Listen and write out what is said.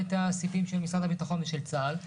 אמות הסיפים של משרד הביטחון ושל צה"ל,